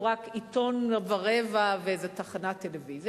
רק עיתון ורבע ואיזו תחנת טלוויזיה.